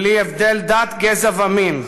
בלי הבדל דת, גזע ומין,